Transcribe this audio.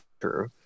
true